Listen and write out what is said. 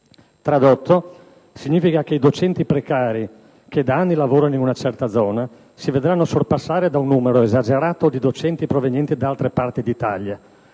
tradotto, significa che i docenti precari, che da anni lavorano in una certa zona, si vedranno sorpassare da un numero esagerato di docenti provenienti da altre parti d'Italia.